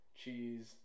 cheese